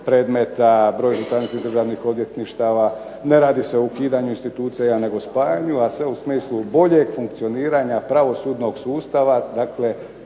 predmeta, broj županijskih državnih odvjetništava. Ne radi se o ukidanju institucija nego spajanju, a sve u smislu boljeg funkcioniranja pravosudnog sustava dakle